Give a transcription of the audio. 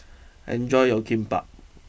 enjoy your Kimbap